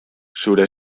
zure